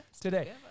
today